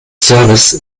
service